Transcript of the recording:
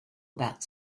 about